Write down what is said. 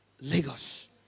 Lagos